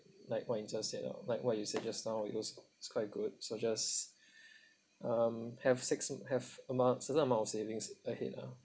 like what you just said lah like what you said just now it was it's quite good so just um have six have amount certain amount of savings ahead ah